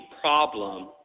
problem